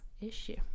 issue